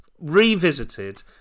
revisited